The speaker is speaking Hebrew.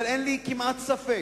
אבל אין לי כמעט ספק